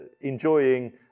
enjoying